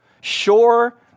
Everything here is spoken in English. sure